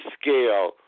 scale